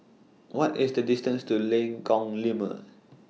What IS The distance to Lengkong Lima